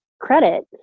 credit